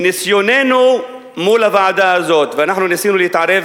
מניסיוננו מול הוועדה הזאת, ואנחנו ניסינו להתערב